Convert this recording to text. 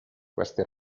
queste